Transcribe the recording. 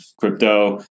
crypto